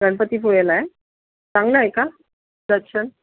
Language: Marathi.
गणपती पुळेला आहे चांगलं आहे का दर्शन